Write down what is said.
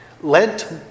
Lent